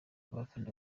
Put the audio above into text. abafana